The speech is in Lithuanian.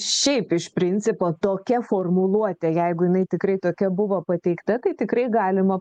šiaip iš principo tokia formuluotė jeigu jinai tikrai tokia buvo pateikta tai tikrai galima